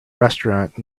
restaurant